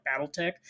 Battletech